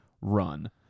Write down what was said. run